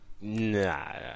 Nah